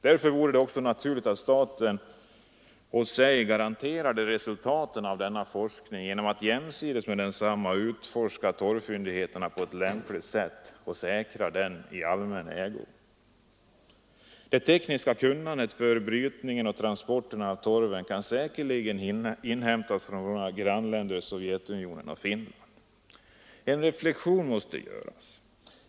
Därför vore det naturligt att staten garanterade resultaten av denna forskning genom att jämsides med densamma utforska torvfyndigheter på ett lämpligt sätt och säkra dem i allmän ägo. Det tekniska kunnandet för brytning och transport av torven kan säkerligen inhämtas från våra grannländer Sovjetunionen och Finland. En reflexion måste göras.